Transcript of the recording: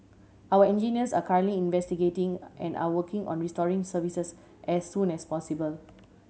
our engineers are currently investigating and are working on restoring services as soon as possible